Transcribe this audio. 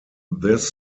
this